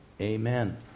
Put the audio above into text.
Amen